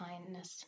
kindness